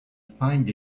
find